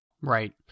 Right